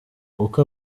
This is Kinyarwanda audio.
uko